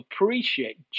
appreciate